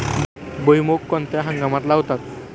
भुईमूग कोणत्या हंगामात लावतात?